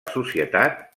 societat